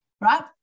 right